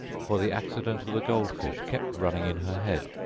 for the accident of the goldfish kept running in her head,